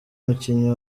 umukinnyi